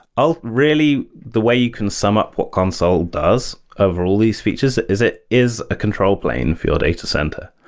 ah really, the way you can sum up what consul does overall these features is it is a control plane for your data center.